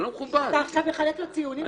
עכשיו נחלק לו ציונים?